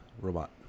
robot